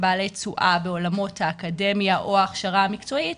בעלי תשואה בעולמות האקדמיה או ההכשרה המקצועית,